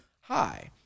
Hi